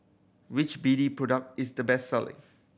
which B D product is the best selling